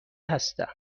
هستم